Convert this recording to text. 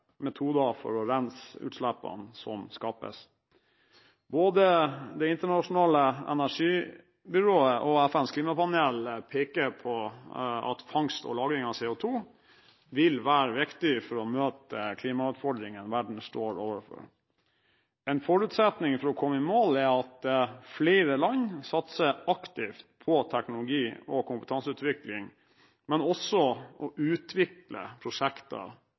metoder for å rense utslippene som skapes. Både det internasjonale energibyrået og FNs klimapanel peker på at fangst og lagring av CO2 vil være viktig for å møte klimautfordringene verden står overfor. En forutsetning for å komme i mål er at flere land satser aktivt på teknologi- og kompetanseutvikling, men også på å utvikle prosjekter